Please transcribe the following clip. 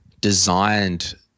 designed